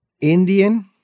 Indian